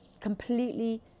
Completely